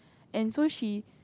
and so she